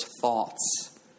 thoughts